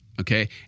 okay